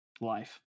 life